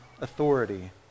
authority